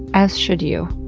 as should you.